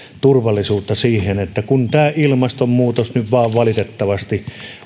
turvallisuutta kun tämä ilmastonmuutos nyt vain valitettavasti